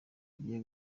agiye